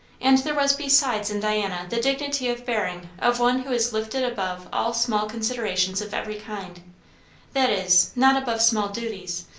and there was besides in diana the dignity of bearing of one who is lifted above all small considerations of every kind that is, not above small duties,